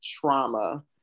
trauma